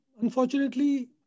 unfortunately